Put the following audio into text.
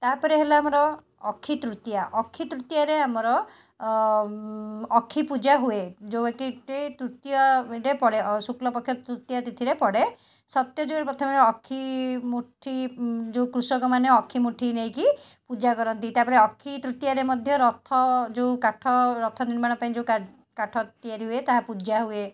ତାପରେ ହେଲା ଆମର ଅକ୍ଷିତୃତୀୟା ଅକ୍ଷି ତୃତୀୟାରେ ଆମର ଅ ଅକ୍ଷିପୂଜାହୁଏ ଯେଉଁ ଗୁଡ଼ାକି ତୃତୀୟାରେ ପଡ଼େ ଅ ଶୁକ୍ଳପକ୍ଷ ତୃତୀୟାତିଥିରେ ପଡ଼େ ସତ୍ୟଯୁଗରେ ପ୍ରଥମେ ଅକ୍ଷି ମୁଠି ଯେଉଁ କୃଷକମାନେ ଅକ୍ଷିମୁଠି ନେଇକି ପୂଜାକରନ୍ତି ତାପରେ ଅକ୍ଷି ତୃତୀୟାରେ ମଧ୍ୟ ରଥ ଯେଉଁ କାଠ ରଥନିର୍ମାଣ ପାଇଁ ଯେଉଁ କାଠ ତିଆରି ହୁଏ ତାହା ପୂଜା ହୁଏ